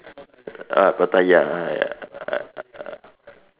ah pattaya ya